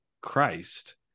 Christ